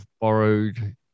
borrowed